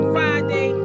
Friday